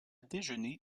déjeuner